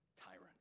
tyrant